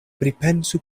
pripensu